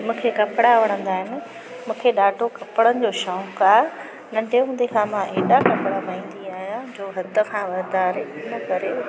मूंखे कपिड़ा वणंदा आहिनि मूंखे ॾाढो कपिड़नि जो शौक़ु आहे नंढे हूंदे खां मां एॾा कपिड़ा पाईंदी आहियां जो हद खां वाधारे इन करे